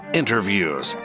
interviews